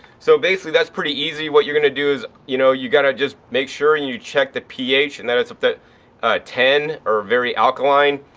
so basically, that's pretty easy. what you're going to do is, you know, you got to just make sure and you check the ph and that it's at a ten or very alkaline.